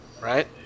Right